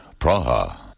Praha